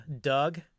Doug